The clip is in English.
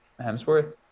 Hemsworth